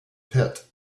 pit